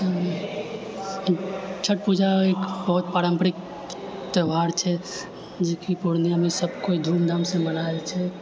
छठ पूजा एक बहुत पारम्परिक त्योहार छै जेकि पूर्णियामे सबकिओ बहुत धूमधामसँ मनाबै छै